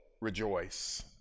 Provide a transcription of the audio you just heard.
rejoice